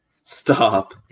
stop